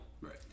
Right